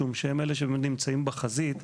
משום שהם אלה שנמצאים בחזית,